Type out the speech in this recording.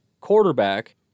quarterback